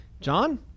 John